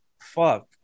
Fuck